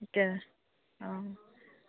এতিয়া অঁ